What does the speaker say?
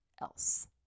else